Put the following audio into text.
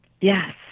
Yes